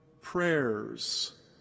prayers